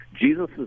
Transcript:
Jesus